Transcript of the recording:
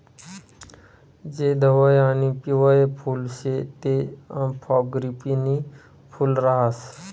जे धवयं आणि पिवयं फुल शे ते फ्रॉगीपनी फूल राहास